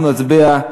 אנחנו נצביע,